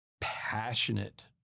passionate